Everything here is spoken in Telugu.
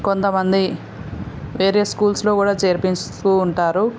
కొంతమంది వేరే స్కూల్స్లో కూడా చేరుస్తు ఉంటారు